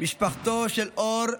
משפחתו של אור,